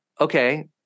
okay